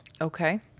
okay